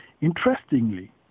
Interestingly